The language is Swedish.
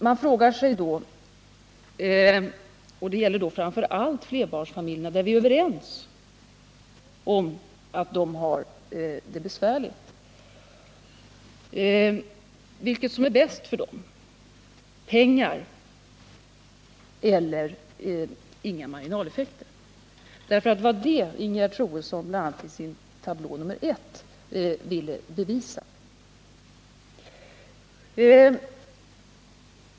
Här gäller det framför allt flerbarnsfamiljerna — och vi är överens om att de har det besvärligt. Man frågar sig då vilket som är bäst: pengar eller inga marginaleffekter. Det var bl.a. det som Ingegerd Troedsson tog upp i sin tablå nr I för att bevisa.